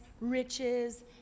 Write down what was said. riches